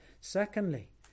Secondly